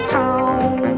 town